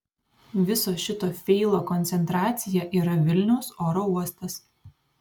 viso šito feilo koncentracija yra vilniaus oro uostas